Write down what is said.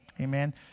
Amen